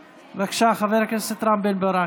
בבקשה, חבר הכנסת רם בן ברק.